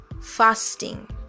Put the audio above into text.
fasting